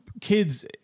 kids